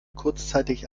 kurzzeitig